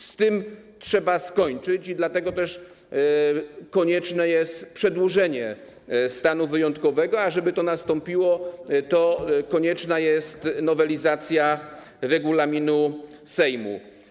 Z tym trzeba skończyć i dlatego też konieczne jest przedłużenie stanu wyjątkowego, a żeby to nastąpiło, to konieczna jest nowelizacja regulaminu Sejmu.